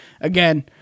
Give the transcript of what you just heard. again